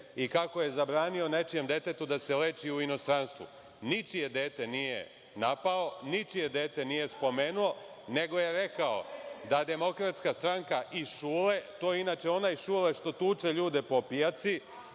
i kako je zabranio nečijem detetu da se leči u inostranstvu. Ničije dete nije napao. Ničije dete nije spomenuo, nego je rekao da DS i Šule, to je inače onaj Šule što tuče ljude po pijaci.